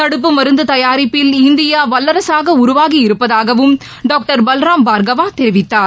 தடுப்பு மருந்து தயாரிப்பில் இந்தியா வல்லரசாக உருவாகி இருப்பதாகவும் டாக்டர் பல்ராம் பார்க்கவா தெரிவித்தார்